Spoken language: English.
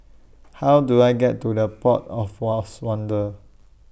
How Do I get to The Port of Lost Wonder